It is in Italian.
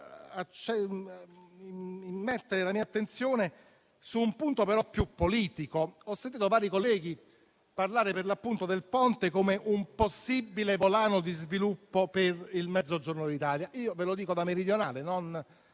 porre la mia attenzione su un punto più politico: ho sentito vari colleghi parlare del Ponte come di un possibile volano di sviluppo per il Mezzogiorno d'Italia. Ve lo dico da meridionale (non